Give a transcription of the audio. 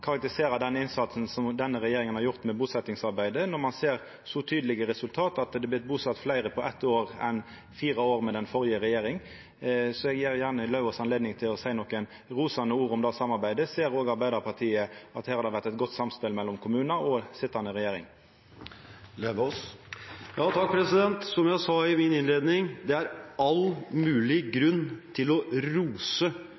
den innsatsen som denne regjeringa har gjort med busetjingsarbeidet, når ein ser så tydelege resultat, at det har vorte busett fleire på eitt år enn fire år med den førre regjeringa? Så eg gjev gjerne Lauvås anledning til å seia nokre rosande ord om det samarbeidet. Ser òg Arbeidarpartiet at her har det vore eit godt samspel mellom kommunar og den sitjande regjeringa? Som jeg sa i min innledning: Det er all mulig